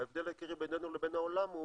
ההבדל העיקרי בינינו לבין העולם הוא